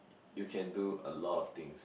you can do a lot of things